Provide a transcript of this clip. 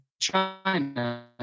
China